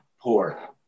poor